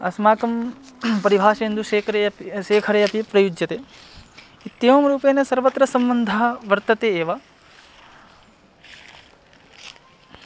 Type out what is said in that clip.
अस्माकं परिभाषेन्दुशेखरे अपि शेखरे अपि प्रयुज्यते इत्येवं रूपेण सर्वत्र सम्बन्धः वर्तते एव